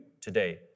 today